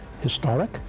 historic